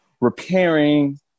repairing